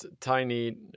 tiny